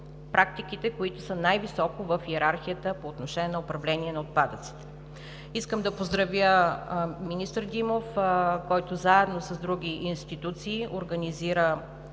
които са най-високо в йерархията, по отношение на управление на отпадъците. Искам да поздравя министър Димов, който заедно с други институции организира